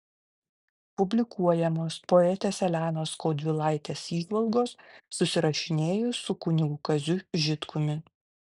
publikuojamos poetės elenos skaudvilaitės įžvalgos susirašinėjus su kunigu kaziu žitkumi